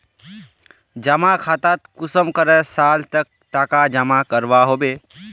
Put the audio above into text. जमा खातात कुंसम करे साल तक टका जमा करवा होबे?